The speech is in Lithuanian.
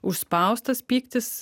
užspaustas pyktis